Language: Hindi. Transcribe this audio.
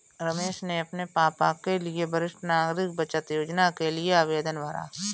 रमेश ने अपने पापा के लिए वरिष्ठ नागरिक बचत योजना के लिए आवेदन भरा